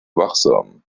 wachsam